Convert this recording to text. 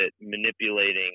manipulating